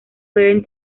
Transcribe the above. suelen